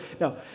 no